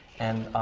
and